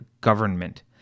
government